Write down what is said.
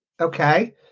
okay